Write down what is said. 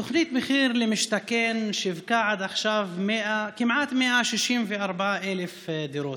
בתוכנית מחיר למשתכן שיווקו עד עכשיו כמעט 164,000 דירות.